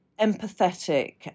empathetic